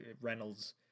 Reynolds